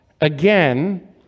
Again